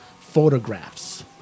photographs